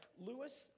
Lewis